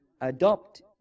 adopt